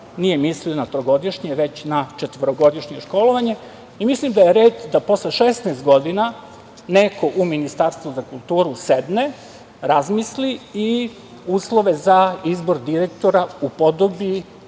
nije mislio na trogodišnje, već na četvorogodišnje školovanje i mislim da je red posle 16 godina neko u Ministarstvu za kulturu sedne, razmisli i uslove za izbor direktora upodobi